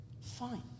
Fine